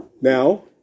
now